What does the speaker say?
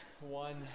One